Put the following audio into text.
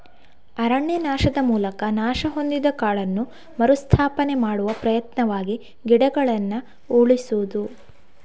ಅರಣ್ಯನಾಶದ ಮೂಲಕ ನಾಶ ಹೊಂದಿದ ಕಾಡನ್ನು ಮರು ಸ್ಥಾಪನೆ ಮಾಡುವ ಪ್ರಯತ್ನವಾಗಿ ಗಿಡಗಳನ್ನ ಉಳಿಸುದು